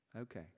okay